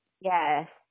Yes